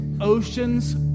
oceans